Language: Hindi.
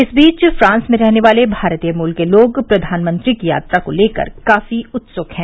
इस बीच फ्रांस में रहने वाले भारतीय मूल के लोग प्रधानमंत्री की यात्रा को लेकर काफी उत्सुक हैं